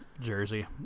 jersey